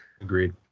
Agreed